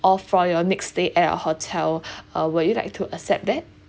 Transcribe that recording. off for your next stay at our hotel uh were you like to accept that